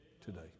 today